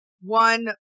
One